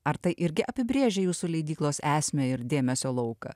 ar tai irgi apibrėžia jūsų leidyklos esmę ir dėmesio lauką